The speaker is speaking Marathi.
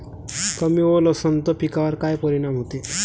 कमी ओल असनं त पिकावर काय परिनाम होते?